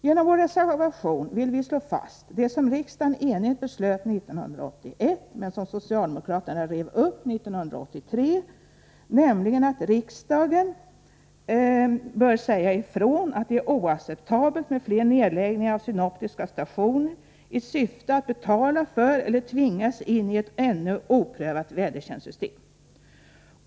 Genom vår reservation vill vi slå fast det som riksdagen enigt beslöt 1981 men som socialdemokraterna rev upp 1983, nämligen att riksdagen bör säga ifrån att det är oacceptabelt med fler nedläggningar av synoptiska stationer i syfte att betala för eller tvingas in i ett ännu oprövat vädertjänstssystem.